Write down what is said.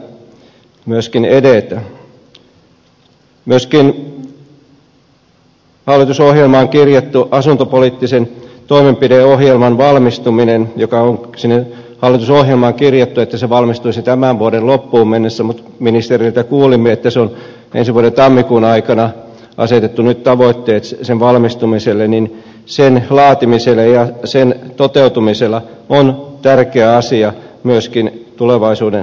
myöskin hallitusohjelmaan kirjatun asuntopoliittisen toimenpideohjelman josta on sinne hallitusohjelmaan kirjattu että se valmistuisi tämän vuoden loppuun mennessä mutta ministeriltä kuulimme että nyt on asetettu tavoitteeksi sen valmistuminen ensi vuoden tammikuun aikana laatiminen ja toteutuminen on tärkeä asia myöskin tulevaisuuden rakentamisessa